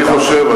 אני חושב,